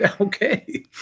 okay